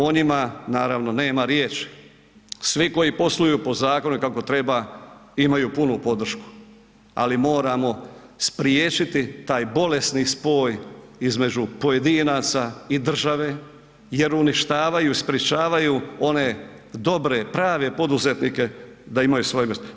O njima naravno nema riječi, svi koji posluju po zakonu i kako treba imaju punu podršku, ali moramo spriječiti taj bolesni spoj između pojedinaca i države jer uništavaju i sprječavaju one dobre prave poduzetnike da imaju svoje mjesto.